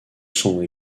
sombre